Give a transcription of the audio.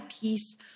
peace